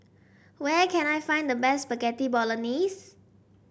where can I find the best Spaghetti Bolognese